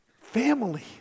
Family